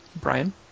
Brian